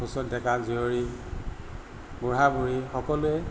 হুঁচৰি ডেকা জীয়ৰী বুঢ়া বুঢ়ী সকলোৱে